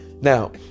Now